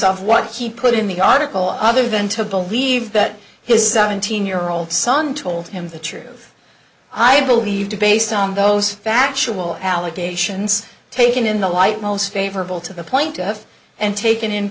of what he put in the article other than to believe that his seventeen year old son told him the truth i believe to based on those factual allegations taken in the light most favorable to the plaintiff and taken in